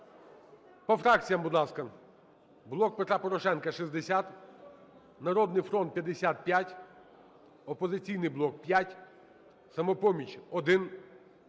по фракціям, будь ласка. "Блок Петра Порошенка" – 60, "Народний фронт" – 55, "Опозиційний блок" – 5, "Самопоміч" –